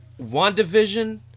WandaVision